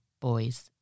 boys